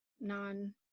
non